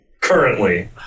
currently